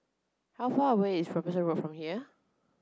how far away is Robinson Road from here